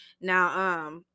Now